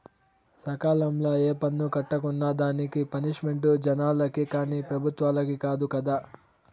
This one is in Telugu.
సకాలంల ఏ పన్ను కట్టుకున్నా దానికి పనిష్మెంటు జనాలకి కానీ పెబుత్వలకి కాదు కదా